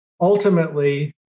ultimately